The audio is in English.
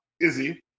Izzy